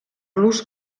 los